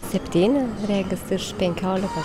septyni regis iš pekioliko